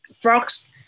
frogs